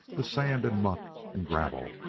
the sand and muck and gravel,